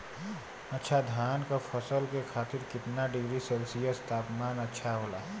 अच्छा धान क फसल के खातीर कितना डिग्री सेल्सीयस तापमान अच्छा होला?